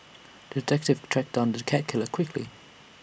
the detective tracked down the cat killer quickly